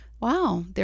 wow